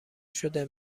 شده